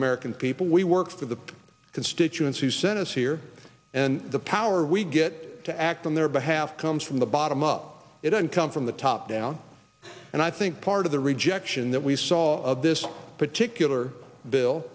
american people we work for the constituents who sent us here and the power we get to act on their behalf comes from the bottom of it and come from the top down and i think part of the rejection that we saw of this particular bill